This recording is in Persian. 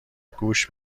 گوش